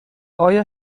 ایا